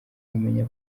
wamenya